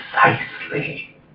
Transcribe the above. precisely